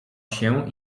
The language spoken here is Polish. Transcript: się